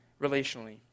relationally